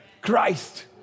Christ